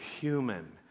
human